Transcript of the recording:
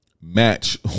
Match